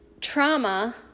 trauma